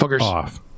off